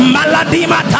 Maladima